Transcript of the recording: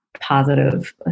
positive